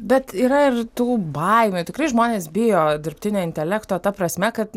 bet yra ir tų baimių tikrai žmonės bijo dirbtinio intelekto ta prasme kad